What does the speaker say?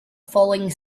falling